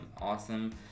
awesome